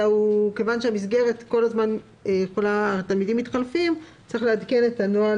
אלא מכיוון שהמסגרת כל הזמן משתנה והתלמידים מתחלפים צריך לעדכן את הנוהל